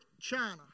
China